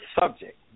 subject